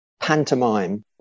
pantomime